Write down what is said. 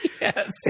Yes